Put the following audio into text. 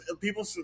people